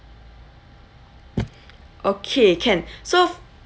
okay can so